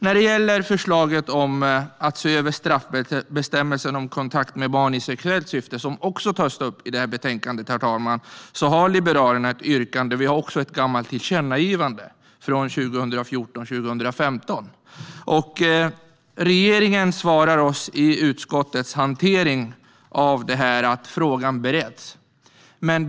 När det gäller förslaget om att se över straffbestämmelserna för kontakt med barn i sexuellt syfte, som också tas upp i betänkandet, herr talman, har Liberalerna ett yrkande. Vi har också ett gammalt tillkännagivande från 2014/15. Regeringspartierna svarar oss i utskottets hantering av frågan att den är under beredning.